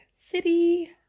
City